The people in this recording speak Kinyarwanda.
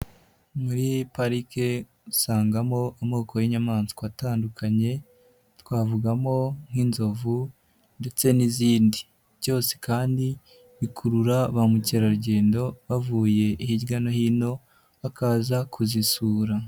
Muri parike usangamo amoko y'inyamaswa atandukanye twavugamo nk'inzovu ndetse n'izindi, byose kandi bikurura ba mukerarugendo bavuye hirya no hino bakaza kuzisura.